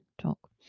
talk